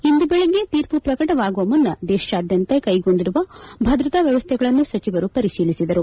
ಇಂದು ಬೆಳಗ್ಗೆ ತೀರ್ಮ ಪ್ರಕಟವಾಗುವ ಮುನ್ನ ದೇಶಾದ್ಯಂತ ಕೈಗೊಂಡಿರುವ ಭದ್ರತಾ ವ್ಯವಸ್ಥೆಗಳನ್ನು ಸಚಿವರು ಪರಿಶೀಲಿಸಿದರು